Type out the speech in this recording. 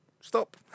stop